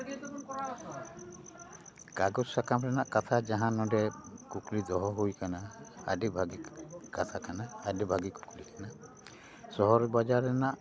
ᱠᱟᱜᱚᱡᱽ ᱥᱟᱠᱟᱢ ᱨᱮᱱᱟᱜ ᱠᱟᱛᱷᱟ ᱡᱟᱦᱟᱸ ᱱᱚᱸᱰᱮ ᱠᱩᱠᱞᱤ ᱫᱚᱦᱚ ᱦᱩᱭ ᱟᱠᱟᱱᱟ ᱟᱹᱰᱤ ᱵᱷᱟᱹᱜᱤ ᱠᱟᱛᱷᱟ ᱠᱟᱱᱟ ᱟᱹᱰᱤ ᱵᱷᱟᱹᱜᱤ ᱠᱩᱠᱞᱤ ᱠᱟᱱᱟ ᱥᱚᱦᱚᱨ ᱵᱟᱡᱟᱨ ᱨᱮᱱᱟᱜ